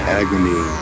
agony